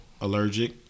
Allergic